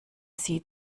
sie